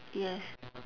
yes